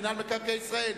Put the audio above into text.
מינהל מקרקעי ישראל,